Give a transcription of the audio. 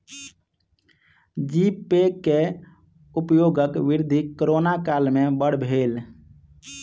जी pay के उपयोगक वृद्धि कोरोना काल में बड़ भेल